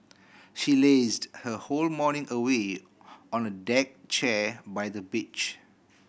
she lazed her whole morning away on a deck chair by the beach